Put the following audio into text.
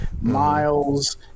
Miles